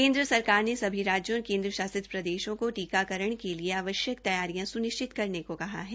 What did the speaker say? केन्द्र सरकार ने सभी राज्यों और केन्द्र शासित प्रदेशा को टीकाकरण के लिए आवश्यक तैयारियां सुनिश्चित करने को कहा है